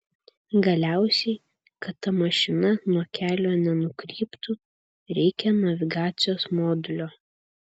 galiausiai kad ta mašina nuo kelio nenukryptų reikia navigacijos modulio